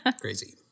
crazy